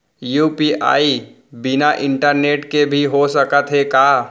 UPI बिना internet के भी हो सकत हे का?